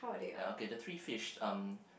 ya okay the three fish um